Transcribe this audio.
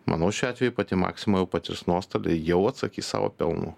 manau šiuo atveju pati maxima patirs nuostolį jau atsakys savo pelnu